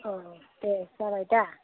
औ दे जाबाय दा